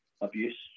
abuse